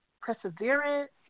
perseverance